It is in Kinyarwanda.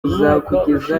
buzakugeza